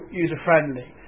user-friendly